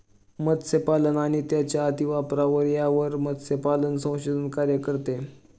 मत्स्यपालन आणि त्यांचा अतिवापर यावर मत्स्यपालन संशोधन कार्य करते